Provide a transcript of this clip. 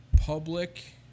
public